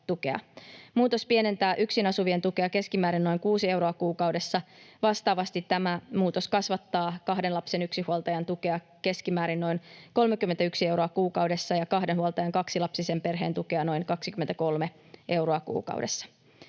Muutos pienentää yksin asuvien tukea keskimäärin noin 6 euroa kuukaudessa. Vastaavasti tämä muutos kasvattaa kahden lapsen yksinhuoltajan tukea keskimäärin noin 31 euroa kuukaudessa ja kahden huoltajan kaksilapsisen perheen tukea noin 23 euroa kuukaudessa.